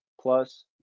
plus